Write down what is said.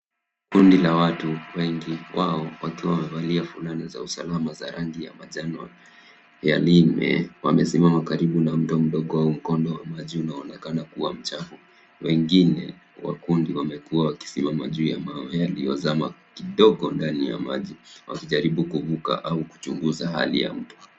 Kundi la watu wengi wao wakiwa wamevalia fulana za usalama za rangi ya manjano ya Lime wamesimama karibu na mto mdogo au mkondo wa maji unaoonekana kuwa mchafu. Wengine wa kundi wamekuwa wakisimama juu ya mawe yaliyozama kidogo ndani ya maji wakijaribu kuvuka au kuchunguza hali ya mto.